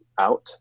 out